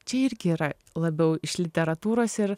čia irgi yra labiau iš literatūros ir